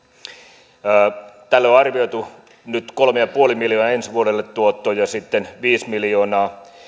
vähennetään jätteitten kaatopaikkakäsittelyä tälle on arvioitu nyt kolme pilkku viisi miljoonaa ensi vuodelle tuottoa ja sitten viisi miljoonaa